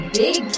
big